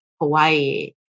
Hawaii